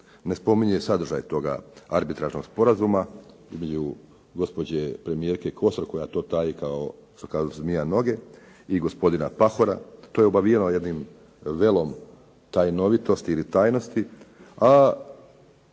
ne spominje sadržaj toga arbitražnog sporazuma između gospođe premijerke Kosor koja to taji kao zmija noge i gospodina Pahora. To je obavijeno jednim velom tajnovitosti ili tajnosti,